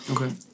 Okay